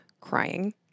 crying